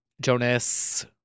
Jonas